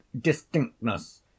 distinctness